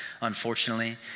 unfortunately